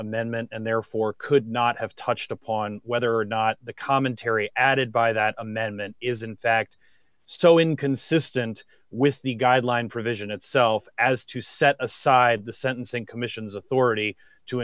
amendment and therefore could not have touched upon whether or not the commentary added by that amendment is in fact so inconsistent with the guideline provision itself as to set aside the sentencing commission's authority to